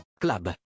Club